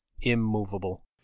immovable